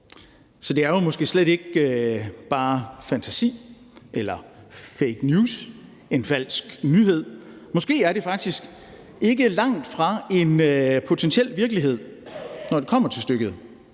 Så det er jo måske slet ikke bare fantasi eller fake news, en falsk nyhed. Måske er det faktisk ikke langt fra en potentiel virkelighed, når det kommer til stykket.